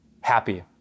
happy